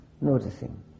noticing